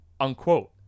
unquote